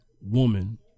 woman